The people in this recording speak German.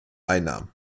einnahmen